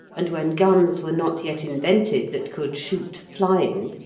and when guns were not yet invented that could shoot flying,